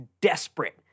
desperate